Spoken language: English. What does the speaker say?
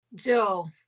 Joe